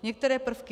Některé prvky.